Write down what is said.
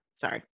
Sorry